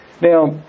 Now